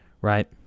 right